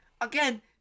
again